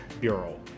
Bureau